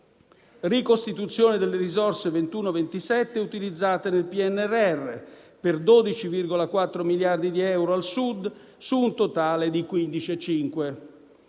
ricostituzione delle risorse per il 2021-2027 utilizzate nel PNRR, per 12,4 miliardi di euro al Sud, su un totale di 15,5